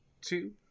two